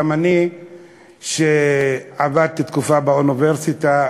ואני עבדתי תקופה באוניברסיטה,